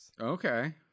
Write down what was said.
okay